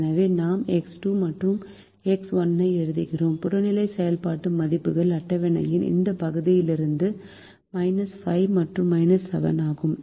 எனவே நாம் எக்ஸ் 2 மற்றும் எக்ஸ் 1 ஐ எழுதுகிறோம் புறநிலை செயல்பாட்டு மதிப்புகள் அட்டவணையின் இந்த பகுதியிலிருந்து 5 மற்றும் 7 ஆகும்